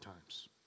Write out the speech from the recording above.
times